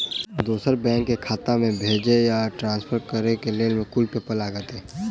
दोसर बैंक केँ खाता मे भेजय वा ट्रान्सफर करै केँ लेल केँ कुन पेपर लागतै?